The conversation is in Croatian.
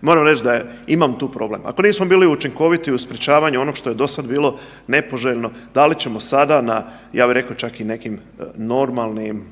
Moram reć da imam tu problem, ako nismo bili učinkoviti u sprečavanju onog što je dosad bilo nepoželjno da li ćemo sada na, ja bi rekao čak i nekim normalnim,